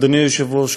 אדוני היושב-ראש,